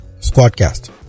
squadcast